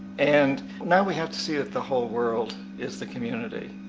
and now we have to see that the whole world is the community.